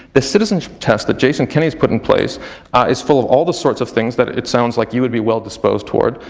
the citizenship test that jason kenny's put in place is full of all those sorts of things that it sounds like, you will be well disposed toward.